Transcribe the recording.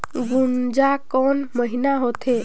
गुनजा कोन महीना होथे?